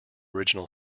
original